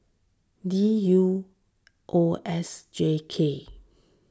D U O S J K